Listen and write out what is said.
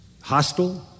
hostile